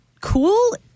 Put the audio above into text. cool